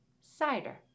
cider